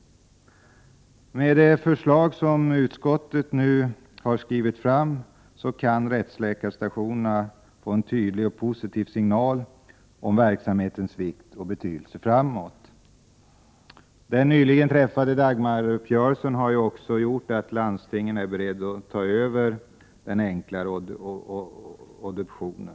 Med utskottets förslag kan rättsläkarstationerna få en tydlig och positiv signal om verksamhetens vikt och betydelse för framtiden. Den nyligen träffade Dagmaruppgörelsen har också gjort att landstingen är beredda att ta över enklare obduktioner.